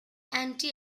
anti